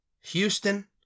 Houston